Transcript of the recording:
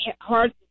Hard